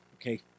Okay